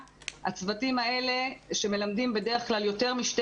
הצוותים האלה שמלמדים בדרך כלל יותר משני